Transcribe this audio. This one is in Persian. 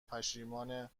پشتیبان